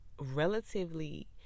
relatively